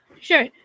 Sure